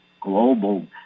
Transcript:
Global